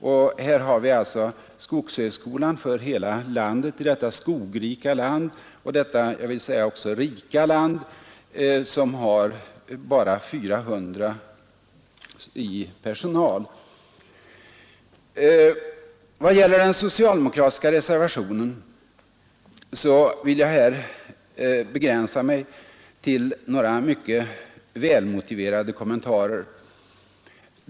Jämfört med dessa har alltså skogshögskolan i detta skogrika och även i övrigt rika land en personal på bara 400 för sina mångskiftande och mycket betydelsefulla uppgifter. I vad gäller den socialdemokratiska reservationen skall jag begränsa mig till några välmotiverade kommentarer.